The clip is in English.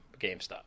GameStop